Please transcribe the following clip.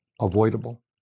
avoidable